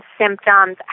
symptoms